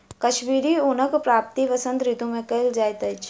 कश्मीरी ऊनक प्राप्ति वसंत ऋतू मे कयल जाइत अछि